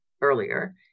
earlier